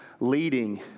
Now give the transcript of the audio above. leading